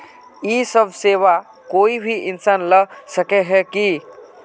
इ सब सेवा कोई भी इंसान ला सके है की?